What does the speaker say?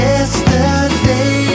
Yesterday